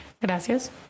gracias